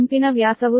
4 centimetre ಆಗಿದೆ